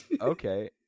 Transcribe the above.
Okay